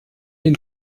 den